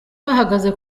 bahagaze